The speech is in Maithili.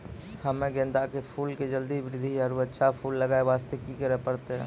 हम्मे गेंदा के फूल के जल्दी बृद्धि आरु अच्छा फूल लगय वास्ते की करे परतै?